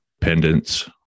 pendants